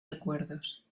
recuerdos